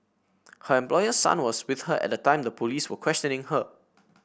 her employer's son was with her at the time the police were questioning her